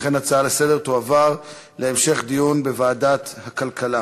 לכן ההצעה לסדר-היום תועבר להמשך דיון בוועדת הכלכלה.